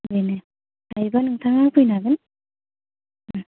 ओरैनो हायोबा नोंथाङा फैनो हागोन